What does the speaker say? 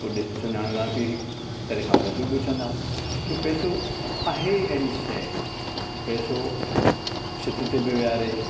पोइ ॾिसु सुञाणंदा बि परे खां पोइ बि पुछंदा छो पेसो आहे अहिड़ी शइ पेसो शित ते बि वेहारे